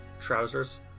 trousers